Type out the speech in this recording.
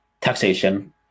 taxation